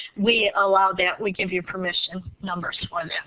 we allow that. we give you permission numbers for that.